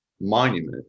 monument